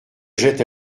jette